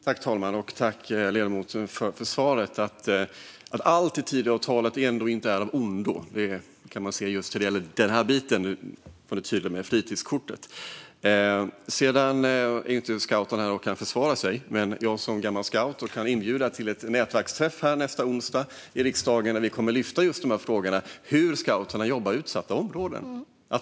Fru talman! Tack, ledamoten, för svaret! Det är tydligt att allt i Tidöavtalet inte är av ondo. Detta kan man se just det gäller fritidskortet. Scouterna är inte här och kan försvara sig, men jag kan som gammal scout inbjuda till en nätverksträff nästa onsdag här i riksdagen, då vi kommer att lyfta upp just dessa frågor - hur Scouterna jobbar i utsatta områden.